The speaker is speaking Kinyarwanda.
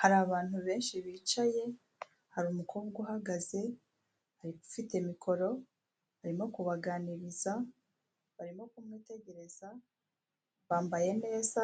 Hari abantu benshi bicaye, hari umukobwa uhagaze ufite mikoro arimo kubaganiriza, barimo kumwitegereza, bambaye neza,